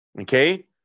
Okay